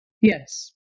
Yes